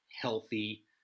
healthy